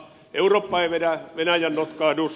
eurooppa ei vedä venäjän notkahdus